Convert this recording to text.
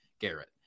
Garrett